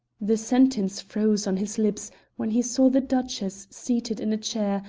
the sentence froze on his lips when he saw the duchess seated in a chair,